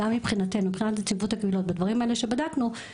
גם מבחינתנו מבחינת נציבות הקבילות בדברים האלה שבדקנו,